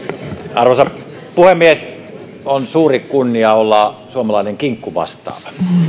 arvoisa puhemies on suuri kunnia olla suomalainen kinkkuvastaava